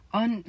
on